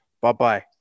Bye-bye